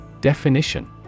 Definition